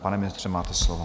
Pane ministře, máte slovo.